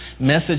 Message